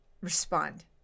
respond